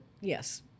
yes